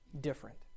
different